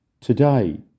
today